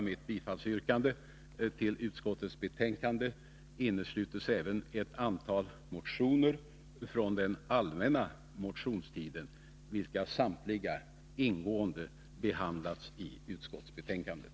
Mitt bifallsyrkande till utskottets hemställan gäller även ett antal motioner från den allmänna motionstiden, vilka samtliga ingående behandlats i utskottsbetänkandet.